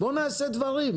בואו נעשה דברים.